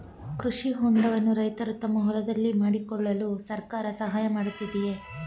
ಕೃಷಿ ಹೊಂಡವನ್ನು ರೈತರು ತಮ್ಮ ಹೊಲದಲ್ಲಿ ಮಾಡಿಕೊಳ್ಳಲು ಸರ್ಕಾರ ಸಹಾಯ ಮಾಡುತ್ತಿದೆಯೇ?